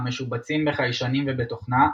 המשובצים בחיישנים ובתוכנה,